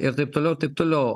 ir taip toliau ir taip toliau